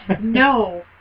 No